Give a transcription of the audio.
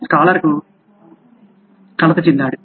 scholar కలత చెందాడు